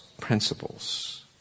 principles